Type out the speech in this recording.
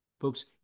Folks